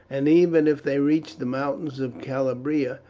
and even if they reached the mountains of calabria,